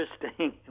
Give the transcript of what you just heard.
interesting